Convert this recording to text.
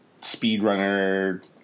speedrunner